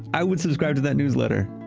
i would subscribe to that newsletter.